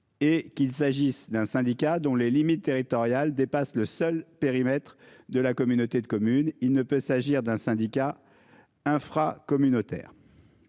Et qu'il s'agisse d'un syndicat dont les limites territoriales dépasse le seul périmètre de la communauté de communes, il ne peut s'agir d'un syndicat. Infra-communautaire.